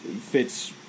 fits